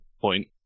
point